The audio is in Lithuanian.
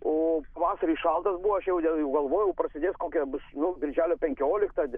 o pavasaris šaltas buvo aš jau galvojau prasidės kokia bus nu birželio penkioliktą